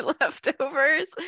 leftovers